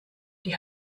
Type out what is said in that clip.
die